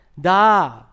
Da